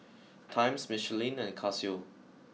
Times Michelin and Casio